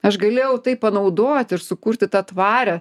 aš galėjau tai panaudoti ir sukurti tą tvarią